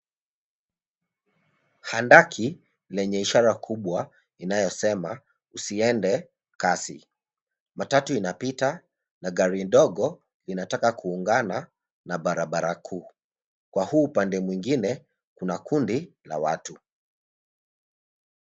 Hadaki lenye ishara kubwa inayosema usiende kasi. Matatu inapita na gari ndogo inataka kuungana na barabara kuu kwa huu upande mwingine kuna kundi la watu.